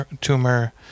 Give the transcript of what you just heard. tumor